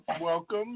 Welcome